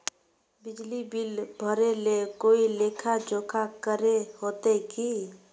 बिजली बिल भरे ले कोई लेखा जोखा करे होते की?